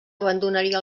abandonaria